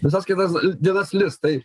visas kitas dienas lis tai